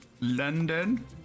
London